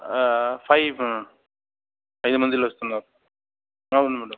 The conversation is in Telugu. ఫైవ్ ఐదుమందిలో వస్తున్నారు అవును మ్యాడమ్